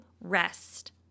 rest